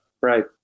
Right